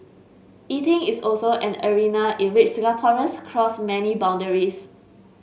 eating is also an arena in which Singaporeans cross many boundaries